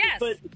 Yes